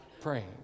praying